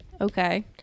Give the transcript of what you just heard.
Okay